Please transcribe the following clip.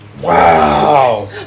Wow